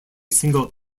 single